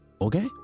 Okay